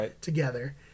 together